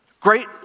Great